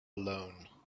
alone